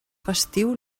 festiu